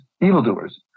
evildoers